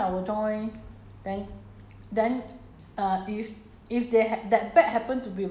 偶尔 lah 你不可以每次 don't play a part mah !hanna! so sometime I will join